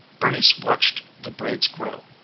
bernice watched the braids grow.